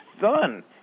son